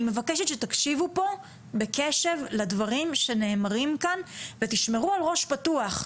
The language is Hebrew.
אני מבקשת שתקשיבו פה בקשב לדברים שנאמרים כאן ותשמרו על ראש פתוח.